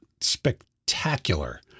spectacular